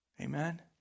Amen